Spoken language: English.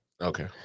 Okay